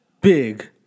Big